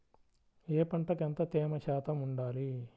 ఏ పంటకు ఎంత తేమ శాతం ఉండాలి?